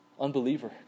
Unbeliever